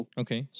okay